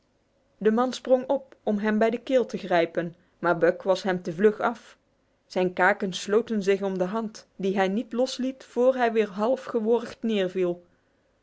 de man sprong op om hem bij de keel te grijpen maar buck was hem te vlug af zijn kaken sloten zich om de hand die hij niet losliet voor hij weer half geworgd